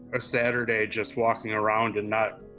a saturday just walking around and not,